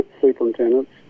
superintendents